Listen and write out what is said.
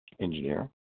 engineer